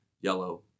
yellow